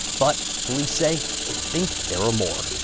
but police say then there are more.